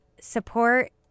support